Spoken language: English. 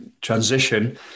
transition